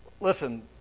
Listen